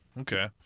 Okay